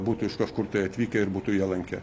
būtų iš kažkur tai atvykę ir būtų ją lankę